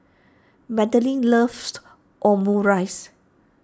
Madeline loves Omurice